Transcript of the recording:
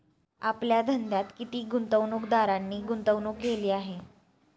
आपल्या धंद्यात किती गुंतवणूकदारांनी गुंतवणूक केली आहे?